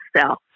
self